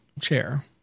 chair